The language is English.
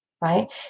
right